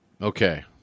Okay